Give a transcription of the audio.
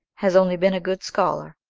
has only been a good scholar.